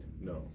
No